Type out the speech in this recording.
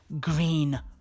green